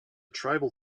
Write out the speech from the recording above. tribal